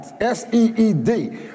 S-E-E-D